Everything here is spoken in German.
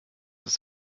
ist